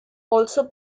also